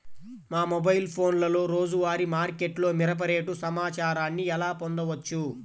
మా మొబైల్ ఫోన్లలో రోజువారీ మార్కెట్లో మిరప రేటు సమాచారాన్ని ఎలా పొందవచ్చు?